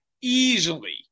easily